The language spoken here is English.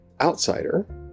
Outsider